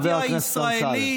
חבר הכנסת אמסלם.